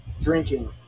drinking